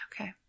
Okay